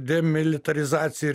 demilitarizacija ir